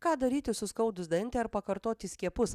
ką daryti suskaudus dantį ar pakartoti skiepus